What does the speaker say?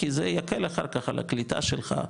כי זה יקל אחר כך על הקליטה שלך,